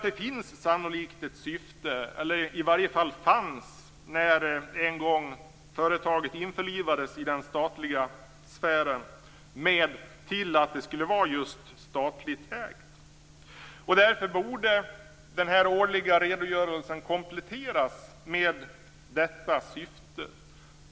Det finns nämligen sannolikt - eller i varje fall fanns det när företaget en gång införlivades i den statliga sfären - ett syfte med att det skulle vara just ett statligt ägande. Därför borde den årliga redogörelsen kompletteras med ett angivande av detta syfte.